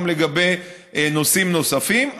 גם לגבי נושאים נוספים,